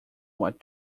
what